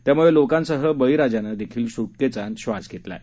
त्याम्ळे लोकांसह बळीराजानं देखील स्टकेचा श्वास घेतलाय